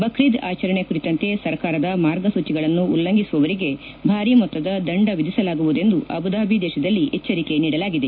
ಬಕ್ರೀದ್ ಆಚರಣೆ ಕುರಿತಂತೆ ಸರ್ಕಾರದ ಮಾರ್ಗಸೂಚಿಗಳನ್ನು ಉಲ್ಲಂಘಿಸುವವರಿಗೆ ಭಾರೀ ಮೊತ್ತದ ದಂಡ ವಿಧಿಸಲಾಗುವುದೆಂದು ಅಬುಧಾಬಿ ದೇಶದಲ್ಲಿ ಎಚ್ಚರಿಕೆ ನೀಡಲಾಗಿದೆ